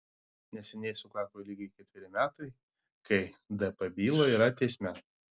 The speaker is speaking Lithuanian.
neseniai sukako lygiai ketveri metai kai dp byla yra teisme